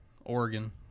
Oregon